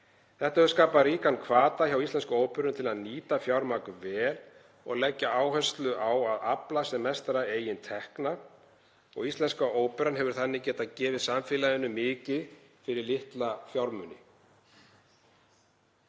Þetta hefur skapað ríkan hvata hjá Íslensku óperunni til að nýta fjármagn vel og leggja áherslu á að afla sem mestra eigin tekna. Íslenska óperan hefur þannig getað gefið samfélaginu mikið fyrir litla fjármuni.